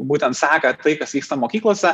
būtent seka tai kas vyksta mokyklose